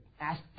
ask